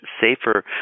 safer